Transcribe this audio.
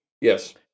Yes